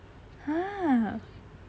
!huh!